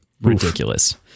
ridiculous